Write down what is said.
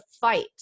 fight